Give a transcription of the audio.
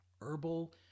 herbal